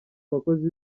bakozi